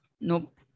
nope